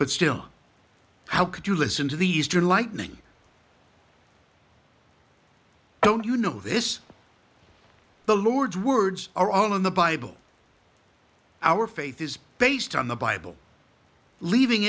but still how could you listen to the eastern lightning don't you know this the lord's words are all in the bible our faith is based on the bible leaving